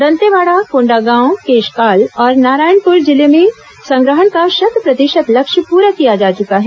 दंतेवाड़ा कोण्डागांव केशकाल और नारायणपुर जिले में संगहण का शत प्रतिशत लक्ष्य पूरा किया जा चुका है